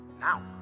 now